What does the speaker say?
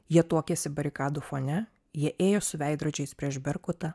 jie tuokėsi barikadų fone jie ėjo su veidrodžiais prieš berkutą